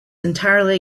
entirely